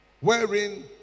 Wherein